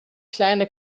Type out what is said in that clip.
kleine